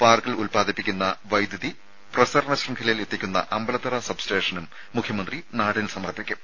പാർക്കിൽ ഉല്പാദിപ്പിക്കുന്ന വൈദ്യുതി പ്രസരണ ശൃംഖലയിൽ എത്തിക്കുന്ന അമ്പലത്തറ സബ് സ്റ്റേഷനും മുഖ്യമന്ത്രി നാടിന് സമർപ്പിക്കും